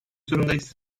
zorundayız